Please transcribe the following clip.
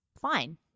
fine